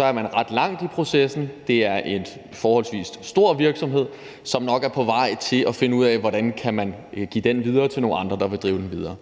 er man ret langt i processen; der er tale om en forholdsvis stor virksomhed, som nok er på vej til at finde ud af, hvordan man kan give den videre til nogle andre, der vil drive den videre.